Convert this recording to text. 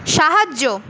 সাহায্য